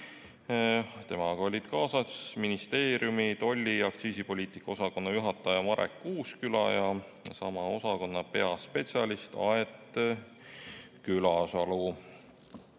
temaga olid kaasas ministeeriumi tolli‑ ja aktsiisipoliitika osakonna juhataja Marek Uusküla ja sama osakonna peaspetsialist Aet Külasalu.